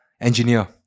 engineer